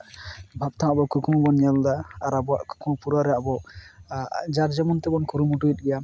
ᱵᱷᱟᱵ ᱛᱮᱦᱚᱸ ᱟᱵᱚ ᱠᱩᱠᱢᱩ ᱵᱚᱱ ᱧᱮᱞᱮᱫᱟ ᱟᱨ ᱟᱵᱚᱣᱟᱜ ᱠᱩᱠᱢᱩ ᱯᱩᱨᱟᱹᱣ ᱨᱮᱭᱟᱜ ᱵᱚ ᱡᱟᱨ ᱡᱮᱢᱚᱱ ᱛᱮᱵᱚᱱ ᱠᱩᱨᱩᱢᱩᱴᱩᱭᱮᱫ ᱜᱮᱭᱟ